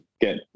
get